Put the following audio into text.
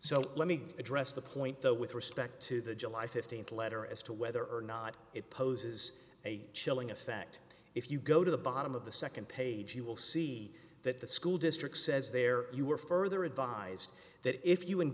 so let me address the point though with respect to the july th letter as to whether or not it poses a chilling effect if you go to the bottom of the nd page you will see that the school district says there you were further advised that if you